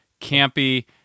campy